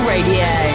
Radio